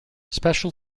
special